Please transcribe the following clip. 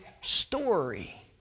story